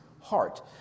heart